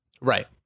Right